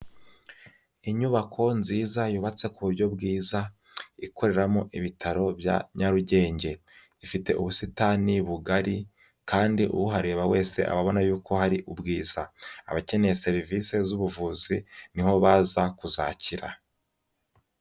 Inyubako nziza yubatse ku buryo bwiza ikoreramo ibitaro bya Nyarugenge, ifite ubusitani bugari kandi uhareba wese abona yuko hari ubwiza, abakeneye serivisi z'ubuvuzi ni ho baza kuzakira.